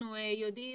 אנחנו יודעים,